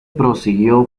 prosiguió